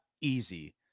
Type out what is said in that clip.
easy